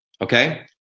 Okay